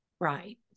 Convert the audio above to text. right